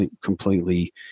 completely